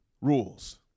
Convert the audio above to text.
rules